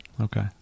Okay